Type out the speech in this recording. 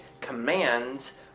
commands